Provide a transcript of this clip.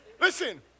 Listen